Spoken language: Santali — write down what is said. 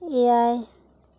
ᱮᱭᱟᱭ